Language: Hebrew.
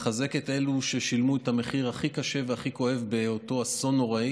לחזק את אלו ששילמו את המחיר הכי קשה והכי כואב באותו אסון נורא,